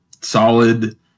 solid